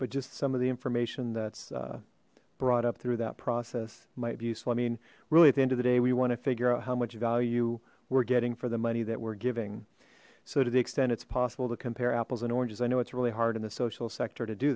but just some of the information that's brought up through that process my view so i mean really at the end of the day we want to figure out how much value we're getting for the money that we're giving so to the extent it's possible to compare apples and oranges i know it's really hard in the social sector to do